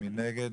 מי נגד?